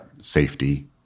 safety